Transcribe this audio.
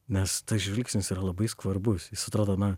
nes tas žvilgsnis yra labai skvarbus jis atrodo na